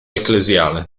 ecclesiale